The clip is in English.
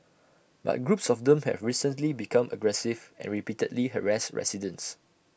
but groups of them have recently become aggressive and repeatedly harassed residents